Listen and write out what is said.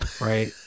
right